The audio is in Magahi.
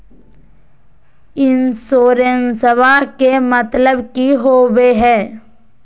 इंसोरेंसेबा के मतलब की होवे है?